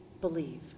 believe